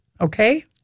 Okay